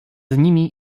nimi